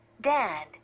Dad